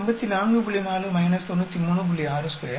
62 7 X 77